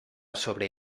sobre